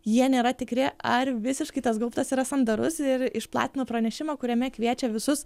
jie nėra tikri ar visiškai tas gaubtas yra sandarus ir išplatino pranešimą kuriame kviečia visus